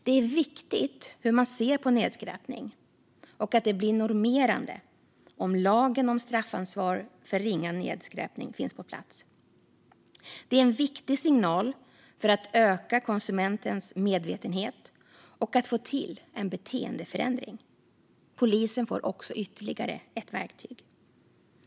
Det är viktigt hur man ser på nedskräpning, och det blir normerande om lagen om straffansvar för ringa nedskräpning finns på plats. Det är en viktig signal för att öka konsumentens medvetenhet och för att få till en beteendeförändring. Polisen får också ytterligare ett verktyg.